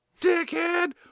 Dickhead